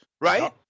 right